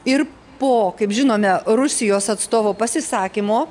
ir po kaip žinome rusijos atstovo pasisakymo